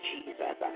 Jesus